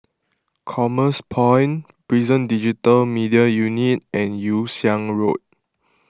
Commerce Point Prison Digital Media Unit and Yew Siang Road